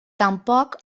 tampoc